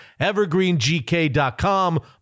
EvergreenGK.com